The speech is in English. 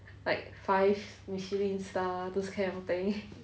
like five michelin star those kind of thing